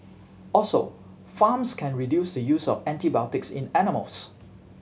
also farms can reduce the use of antibiotics in animals